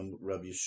Rabbi